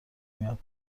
میاد